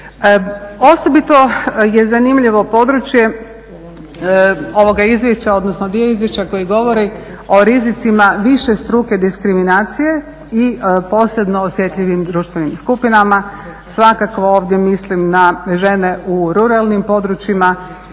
Osobito je zanimljivo područje ovoga izvješća, odnosno dio izvješća koji govori o rizicima višestruke diskriminacije i posebno osjetljivim društvenim skupinama, svakako ovdje mislim na žene u ruralnim područjima,